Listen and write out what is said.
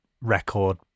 record